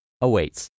awaits